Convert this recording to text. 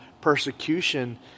persecution